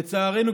לצערנו,